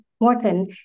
Morton